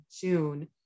June